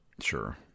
Sure